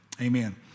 amen